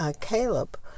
Caleb